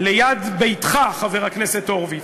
ליד ביתך, חבר הכנסת הורוביץ,